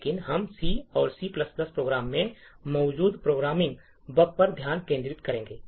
लेकिन हम C और C प्रोग्राम में मौजूद प्रोग्रामिंग बग पर ध्यान केंद्रित करेंगे